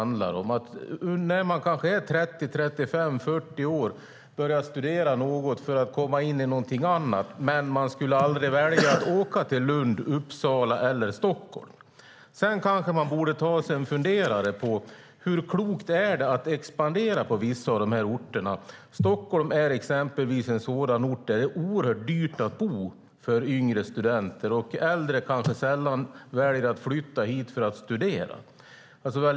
När man kanske är 30-35 eller 40 år kan man börja studera för att komma in i ett annat yrke, men man skulle aldrig välja att åka till Lund, Uppsala eller Stockholm. Sedan kanske man borde ta sig en funderare på hur klokt det egentligen är att expandera på vissa av dessa orter. Stockholm är exempelvis en ort där det är mycket dyrt för yngre studenter att bo, och äldre kanske sällan väljer att flytta dit för att studera.